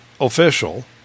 official